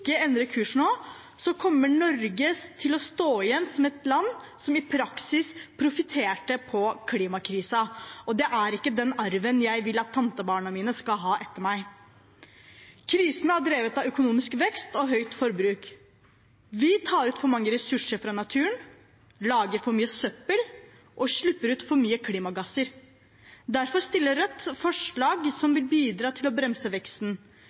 praksis profitterte på klimakrisen. Det er ikke den arven jeg vil at tantebarna mine skal ha etter meg. Krisen er drevet av økonomisk vekst og høyt forbruk. Vi tar ut for mange ressurser fra naturen, lager for mye søppel og slipper ut for mye klimagasser. Derfor fremmer Rødt forslag som vil bidra til å bremse veksten.